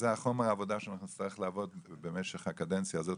זה חומר העבודה שנצטרך לעבוד במשך הקדנציה הזאת,